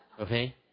okay